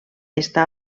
està